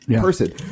person